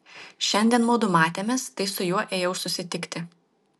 šiandien mudu matėmės tai su juo ėjau susitikti